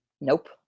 Nope